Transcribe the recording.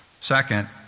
Second